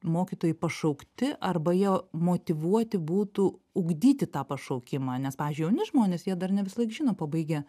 mokytojai pašaukti arba jie motyvuoti būtų ugdyti tą pašaukimą nes pavyzdžiui jauni žmonės jie dar ne visąlaik žino pabaigę